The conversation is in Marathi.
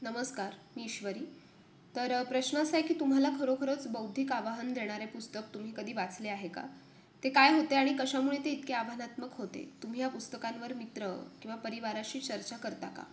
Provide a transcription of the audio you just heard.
नमस्कार मी ईश्वरी तर प्रश्न असा आहे की तुम्हाला खरोखरच बौद्धिक आवाहन देणारे पुस्तक तुम्ही कधी वाचले आहे का ते काय होते आणि कशामुळे ते इतके आव्हानात्मक होते तुम्ही या पुस्तकांवर मित्र किंवा परिवाराशी चर्चा करता का